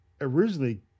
originally